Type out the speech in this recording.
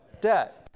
debt